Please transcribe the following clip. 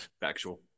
Factual